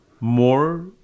more